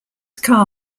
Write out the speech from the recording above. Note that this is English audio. car